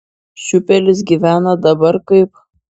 šiupelis gyvena dabar kaip